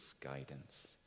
guidance